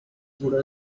good